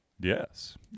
Yes